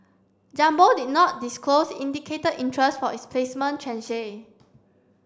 jumbo did not disclose indicated interest for its placement tranche